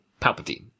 Palpatine